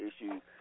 issues